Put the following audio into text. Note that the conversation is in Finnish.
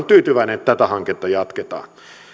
tyytyväinen että tätä hanketta jatketaan